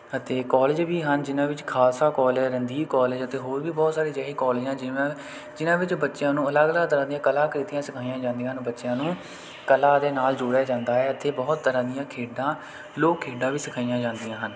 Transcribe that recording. ਅਤੇ ਕੋਲਜ ਵੀ ਹਨ ਜਿਨ੍ਹਾਂ ਵਿੱਚ ਖਾਲਸਾ ਕੋਲਜ ਰਣਧੀਰ ਕੋਲਜ ਅਤੇ ਹੋਰ ਵੀ ਬਹੁਤ ਸਾਰੇ ਅਜਿਹੇ ਕੋਲਜ ਹਨ ਜਿਵੇਂ ਜਿਹਨਾਂ ਵਿੱਚ ਬੱਚਿਆਂ ਨੂੰ ਅਲੱਗ ਅਲੱਗ ਤਰ੍ਹਾਂ ਦੀਆਂ ਕਲਾਕ੍ਰਿਤੀਆਂ ਸਿਖਾਈਆਂ ਜਾਂਦੀਆਂ ਹਨ ਬੱਚਿਆਂ ਨੂੰ ਕਲਾ ਦੇ ਨਾਲ ਜੋੜਿਆ ਜਾਂਦਾ ਹੈ ਇੱਥੇ ਬਹੁਤ ਤਰ੍ਹਾਂ ਦੀਆਂ ਖੇਡਾਂ ਲੋਕ ਖੇਡਾਂ ਵੀ ਸਿਖਾਈਆਂ ਜਾਂਦੀਆਂ ਹਨ